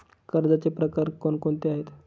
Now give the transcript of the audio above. कर्जाचे प्रकार कोणकोणते आहेत?